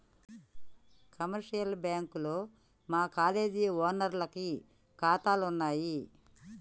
commercial బ్యాంకుల్లో మా college ఓనర్లకి కాతాలున్నయి